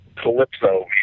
Calypso